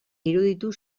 iruditu